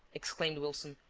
exclaimed wilson,